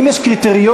גברתי השרה,